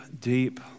deep